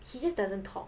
he just doesn't talk